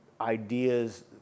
ideas